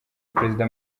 perezida